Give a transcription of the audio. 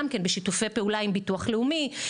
גם כן בשיתופי פעולה עם ביטוח לאומי,